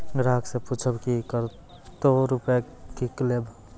ग्राहक से पूछब की कतो रुपिया किकलेब?